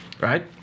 right